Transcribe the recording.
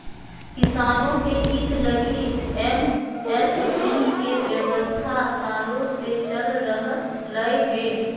किसानों के हित लगी एम.एस.पी के व्यवस्था सालों से चल रह लय हें